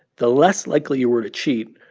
the less likely you were to cheat,